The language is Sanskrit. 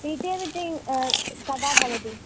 पी टि ए मीटिङ्ग् कदा भवति